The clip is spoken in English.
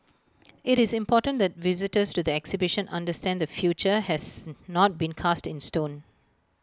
IT is important that visitors to the exhibition understand the future has not been cast in stone